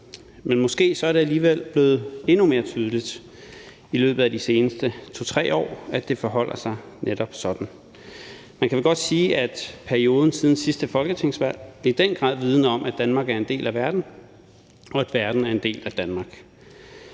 Men det er måske blevet endnu mere tydeligt i løbet af de seneste 2-3 år, at det forholder sig netop sådan. Man kan vel godt sige, at perioden siden sidste folketingsvalg i den grad vidner om, at Danmark er en del af verden, og at verden er en del af Danmark.